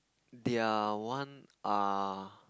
their one uh